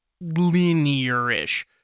linear-ish